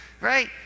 right